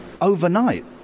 Overnight